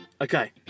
Okay